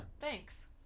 Thanks